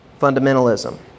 fundamentalism